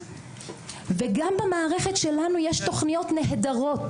וגם במערכת שלנו יש תוכניות נהדרות,